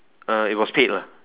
uh it was paid lah